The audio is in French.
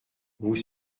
vous